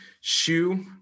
shoe